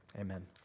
Amen